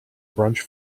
brunch